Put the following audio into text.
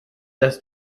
das